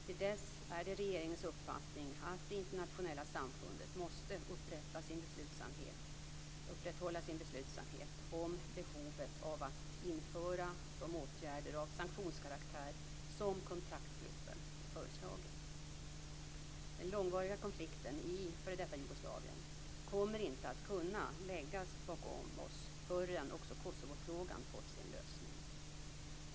Till dess är det regeringens uppfattning att det internationella samfundet måste upprätthålla sin beslutsamhet om behovet av att införa de åtgärder av sanktionskaraktär som kontaktgruppen föreslagit. Den långvariga konflikten i f.d. Jugoslavien kommer inte att kunna läggas bakom oss förrän också Kosovofrågan fått sin lösning.